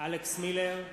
אלכס מילר,